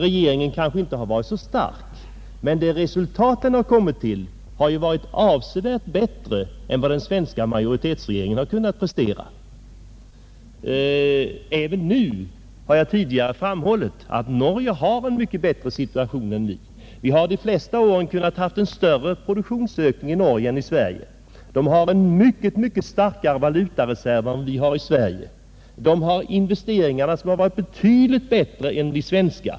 Regeringen där har inte varit så stark, men de resultat den kommit till har varit avsevärt bättre än vad den svenska majoritetsregeringen kunnat prestera. Som jag tidigare framhållit har Norge en mycket bättre situation än vi. Under flera år har man där haft en större produktionsökning än i Sverige. Norge har en mycket starkare valutareserv än vi har. Investeringarna har varit betydligt bättre än de svenska.